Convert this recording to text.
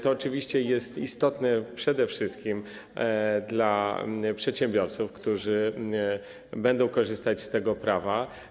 To oczywiście jest istotne przede wszystkim dla przedsiębiorców, którzy będą korzystać z tego prawa.